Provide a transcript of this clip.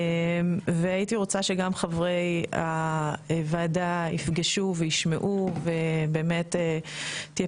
והייתי שרוצה שגם חברי הוועדה יפגשו וישמעו ובאמת תהיה